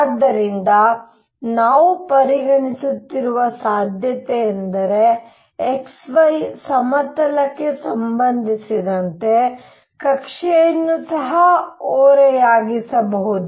ಆದ್ದರಿಂದ ನಾವು ಪರಿಗಣಿಸುತ್ತಿರುವ ಸಾಧ್ಯತೆಯೆಂದರೆ xy ಸಮತಲಕ್ಕೆ ಸಂಬಂಧಿಸಿದಂತೆ ಕಕ್ಷೆಯನ್ನು ಸಹ ಓರೆಯಾಗಿಸಬಹುದು